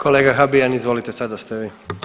Kolega Habijan izvolite sada ste vi.